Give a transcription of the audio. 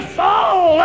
soul